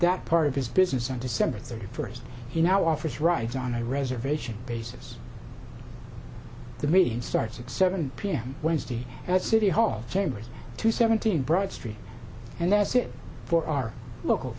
that part of his business on december thirty first he now offers rights on a reservation basis the meeting starts at seven p m wednesday at city hall chambers two seventeen broad street and that's it for our local